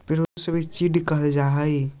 पिरुल के भी चीड़ कहल जा हई